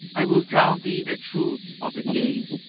i will tell thee the truth of the case.